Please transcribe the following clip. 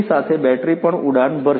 સાથે બેટરી પણ ઉડાન ભરશે